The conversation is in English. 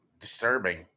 disturbing